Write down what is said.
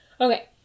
okay